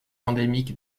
endémique